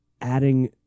Adding